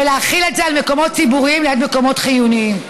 ולהחיל את זה על מקומות ציבוריים ליד מקומות חיוניים.